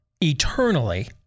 eternally